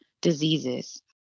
diseases